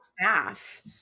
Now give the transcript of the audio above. staff